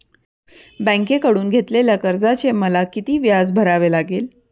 बँकेकडून घेतलेल्या कर्जाचे मला किती व्याज भरावे लागेल?